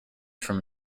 from